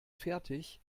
fertig